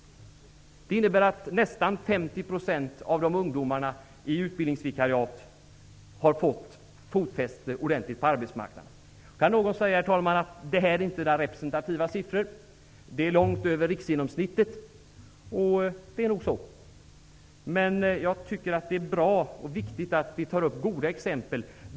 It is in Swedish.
Det innebär att nästan 50 % av ungdomarna i utbildningsvikariat har fått ordentligt fotfäste på arbetsmarknaden. Nu kan någon säga att det här inte är några representativa siffror -- det är långt över riksgenomsnittet. Så är det nog. Men jag tycker att det är viktigt att vi tar upp goda exempel.